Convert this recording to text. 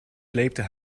sleepte